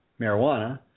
marijuana